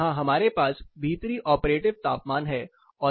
यहां हमारे पास भीतरी ऑपरेटिव तापमान है